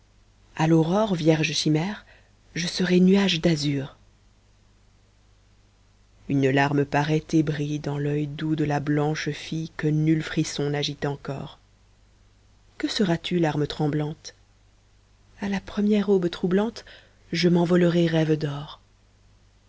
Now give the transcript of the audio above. a l'aurore vierge chimère je serai nuage d'azur une larme paraît et brille dans l'oeil doux de la blanche fille que nul frisson n'agite encor que seras-tu larme tremblante a la première aube troublante je m'envolerai rêve d'or